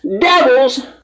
devils